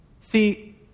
See